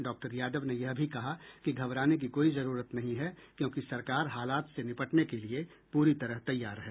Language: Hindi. डॉक्टर यादव ने यह भी कहा कि घबराने की कोई जरूरत नहीं है क्योंकि सरकार हालात से निपटने के लिये पूरी तरह तैयार है